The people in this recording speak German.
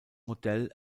modell